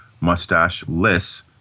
mustache-less